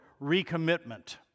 recommitment